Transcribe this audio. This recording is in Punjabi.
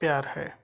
ਪਿਆਰ ਹੈ